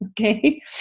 Okay